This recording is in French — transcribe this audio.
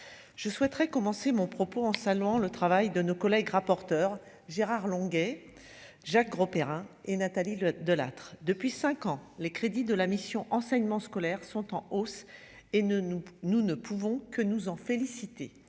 je souhaiterais commencer mon propos en saluant le travail de nos collègues rapporteurs, Gérard Longuet, Jacques Grosperrin et Nathalie Delattre depuis 5 ans, les crédits de la mission enseignement scolaire sont en hausse et ne nous nous ne pouvons que nous en féliciter,